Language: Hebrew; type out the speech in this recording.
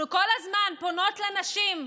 אנחנו כל הזמן פונות לנשים,